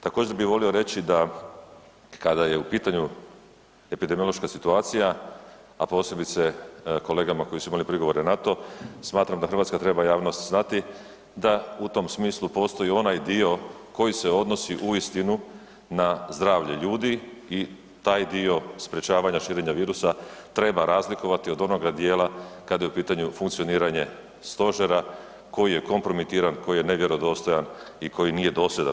Također bih volio reći da kada je u pitanju epidemiološka situacija, a posebice kolegama koji su imali prigovore na to, smatram da hrvatska treba javnost znati da u tom smislu postoji onaj dio koji se odnosi uistinu na zdravlje ljudi i taj dio sprječavanja širenja virusa treba razlikovati od onoga dijela kada je u pitanju funkcioniranje stožera koji je kompromitiran, koji je nevjerodostojan i koji nije dosljedan.